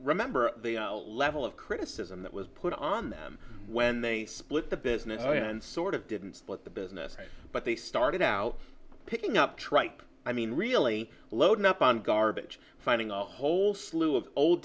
remember the level of criticism that was put on them when they split the business and sort of didn't split the business but they started out picking up tripe i mean really loading up on garbage finding a whole slew of old